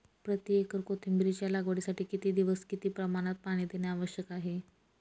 प्रति एकर कोथिंबिरीच्या लागवडीसाठी किती दिवस किती प्रमाणात पाणी देणे आवश्यक आहे?